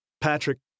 Patrick